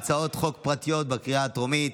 הצעות חוק פרטיות בקריאה הטרומית.